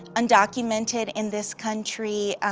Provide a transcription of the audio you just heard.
undocumented in this country.